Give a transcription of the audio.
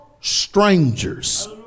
strangers